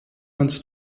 uns